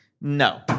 No